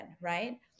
right